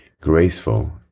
graceful